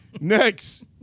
Next